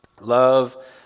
Love